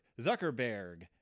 Zuckerberg